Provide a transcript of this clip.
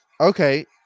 Okay